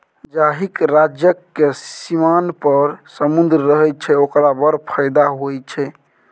जाहिक राज्यक सीमान पर समुद्र रहय छै ओकरा बड़ फायदा होए छै